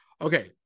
Okay